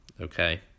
okay